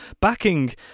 backing